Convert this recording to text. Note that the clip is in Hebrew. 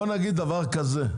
בוא נגיד דבר כזה,